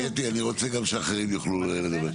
תודה קטי אני רוצה גם שאחרים יוכלו לדבר,